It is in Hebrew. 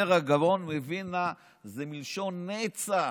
אומר הגאון מווילנה: זה מלשון נצח.